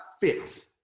fit